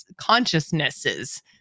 consciousnesses